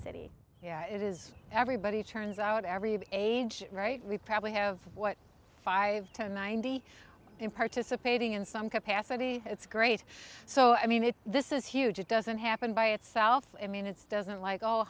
city yeah it is everybody turns out every age right we probably have what five to ninety in participating in some capacity it's great so i mean it this is huge it doesn't happen by itself i mean it's doesn't like all